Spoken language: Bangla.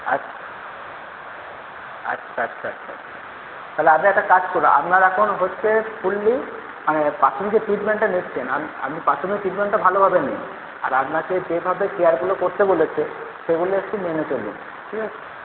আচ্ছা আচ্ছা আচ্ছা আচ্ছা তাহলে আপনি একটা কাজ করুন আপনার এখন হচ্ছে ফুললি মানে প্রাথমিক যে ট্রিটমেন্টটা নিচ্ছেন আপনি প্রাথমিক ট্রিটমেন্টটা ভালো ভাবে নিন আর আপনাকে যেভাবে কেয়ারগুলো করতে বলেছে সেগুলো একটু মেনে চলুন ঠিক আছে